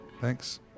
Thanks